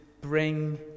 bring